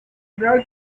brad